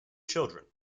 children